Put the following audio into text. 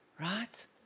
Right